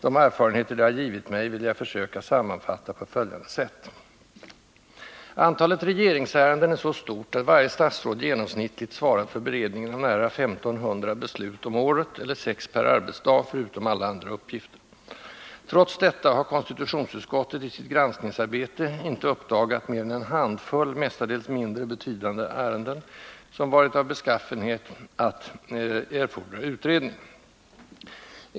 De erfarenheter det givit mig vill jag försöka sammanfatta på följande sätt: Antalet regeringsärenden är så stort att varje statsråd genomsnittligt svarar för beredningen av nära 1 500 beslut om året eller sex per arbetsdag förutom alla andra uppgifter. Trots detta har konstitutionsutskottet i sitt granskningsarbete inte uppdagat mer än en handfull, mestadels mindre betydande, ärenden, som varit av beskaffenhet att erfordra utredning.